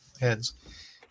heads